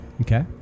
Okay